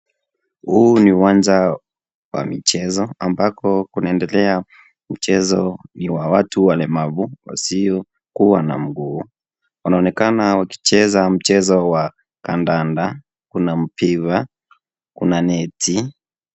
Huu ni uwanja wa michezo ambako kunaendelea mchezo ni wa watu walemavu wasiokuwa na mguu. Wanaonekana wakicheza mchezo wa kandanda. Kuna mpira, kuna neti.